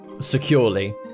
securely